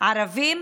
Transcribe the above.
ערבים